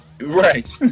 Right